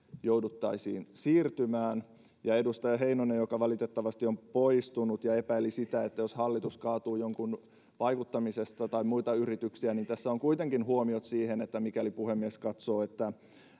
jouduttaisiin siirtymään edustaja heinonen joka valitettavasti on poistunut epäili sitä että jos hallitus kaatuu jonkun vaikuttamisesta tai on muita yrityksiä tässä on kuitenkin huomiot siihen että mikäli puhemies katsoo että